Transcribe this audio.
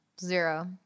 Zero